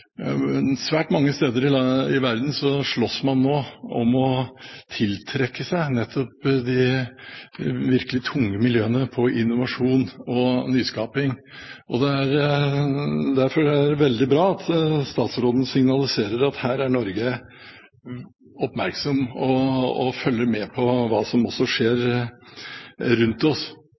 svært mange steder i verden slåss man nå om å tiltrekke seg de virkelig tunge miljøene innen innovasjon og nyskaping. Derfor er det veldig bra at statsråden signaliserer at man i Norge er oppmerksom og følger med på hva som skjer rundt